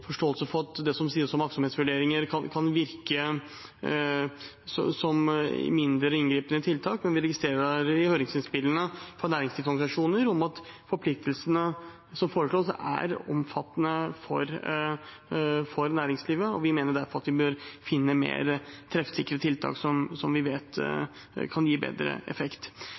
det som sies om aktsomhetsvurderinger, kan virke som mindre inngripende tiltak, men vi registrerer i høringsinnspillene fra næringslivsorganisasjoner at forpliktelsene som foreslås, er omfattende for næringslivet, og vi mener derfor vi bør finne mer treffsikre tiltak som vi vet kan gi bedre effekt.